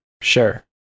Sure